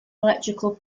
electrical